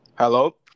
Hello